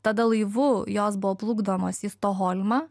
tada laivu jos buvo plukdomos į stokholmą